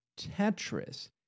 Tetris